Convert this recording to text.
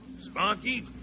Sparky